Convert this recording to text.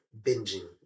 binging